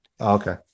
okay